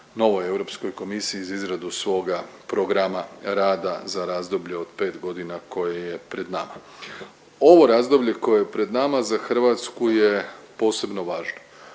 novoj Europskoj komisiji za izradu svoga programa rada za razdoblje od 5.g. koje je pred nama. Ovo razdoblje koje je pred nama za Hrvatsku je posebno važno,